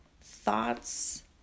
Thoughts